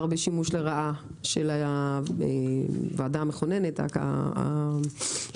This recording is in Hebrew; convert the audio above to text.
בשימוש לרעה של הוועדה המכוננת של הכנסת.